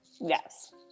Yes